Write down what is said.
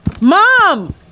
Mom